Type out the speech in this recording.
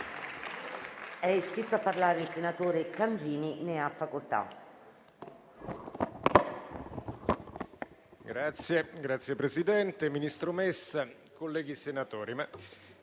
Signor Presidente, ministro Messa, colleghi senatori,